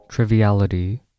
Triviality